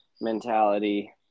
mentality